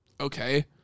Okay